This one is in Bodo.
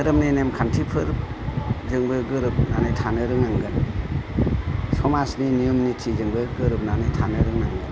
धोरोमनि नेम खान्थिफोरजोंबो गोरोबनानै थानो रोंनांगोन समाजनि नियम निथिजोंबो गोरोबनानै थानो रोंनांगोन